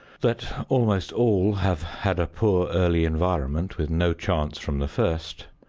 that almost all have had a poor early environment with no chance from the first,